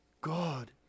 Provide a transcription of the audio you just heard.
God